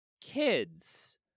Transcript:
kids